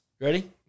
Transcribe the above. Ready